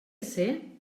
ser